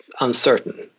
uncertain